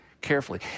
carefully